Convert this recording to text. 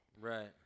Right